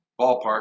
ballpark